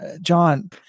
John